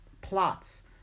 plots